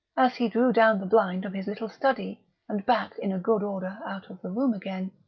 as he drew down the blind of his little study and backed in good order out of the room again,